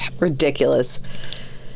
ridiculous